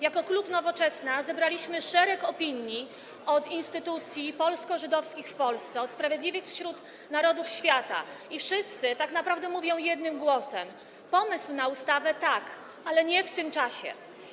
Jako klub Nowoczesna zebraliśmy szereg opinii od instytucji polsko-żydowskich w Polsce, od Sprawiedliwych wśród Narodów Świata i wszyscy tak naprawdę mówią jednym głosem: pomysł na ustawę - tak, ale nie w tym czasie.